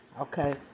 okay